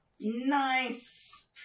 Nice